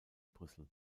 brüssel